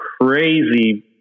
Crazy